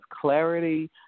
clarity